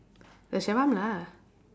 the lah